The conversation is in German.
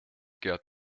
gerd